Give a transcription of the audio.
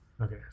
Okay